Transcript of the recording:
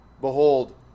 Behold